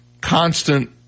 constant